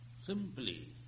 Simply